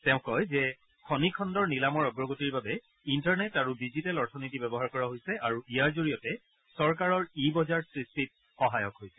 তেওঁ কয় যে খনি খণ্ডৰ নিলামৰ অগ্ৰগতিৰ বাবে ইণ্টাৰনেট আৰু ডিজিটেল অৰ্থনীতি ব্যৱহাৰ কৰা হৈছে আৰু ইয়াৰ জৰিয়তে চৰকাৰৰ ই বজাৰ সৃষ্টিত সহায়ক হৈছে